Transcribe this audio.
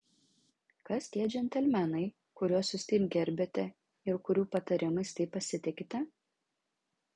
kas tie džentelmenai kuriuos jūs taip gerbiate ir kurių patarimais taip pasitikite